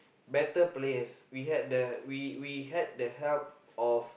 better players we had the we we had the help of